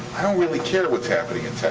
i don't really care what's happening in